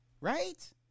right